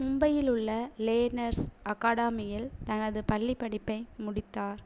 மும்பையில் உள்ள லேனர்ஸ் அகாடமியில் தனது பள்ளிப்படிப்பை முடித்தார்